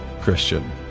Christian